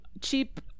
cheap